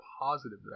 positive